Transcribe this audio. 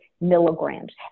milligrams